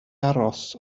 aros